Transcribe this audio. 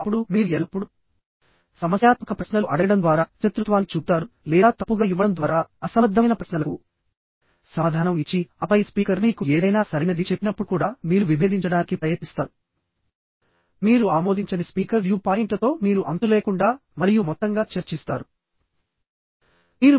మరియు అప్పుడు మీరు ఎల్లప్పుడూ సమస్యాత్మక ప్రశ్నలు అడగడం ద్వారా శత్రుత్వాన్ని చూపుతారు లేదా తప్పుగా ఇవ్వడం ద్వారా అసంబద్ధమైన ప్రశ్నలకు సమాధానం ఇచ్చి ఆపై స్పీకర్ మీకు ఏదైనా సరైనది చెప్పినప్పుడు కూడా మీరు విభేదించడానికి ప్రయత్నిస్తారు మీరు ఆమోదించని స్పీకర్ వ్యూ పాయింట్లతో మీరు అంతులేకుండా మరియు మొత్తంగా చర్చిస్తారు